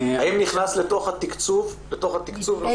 האם נכנס לתוך התקצוב הנושא של --- אני